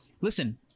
Listen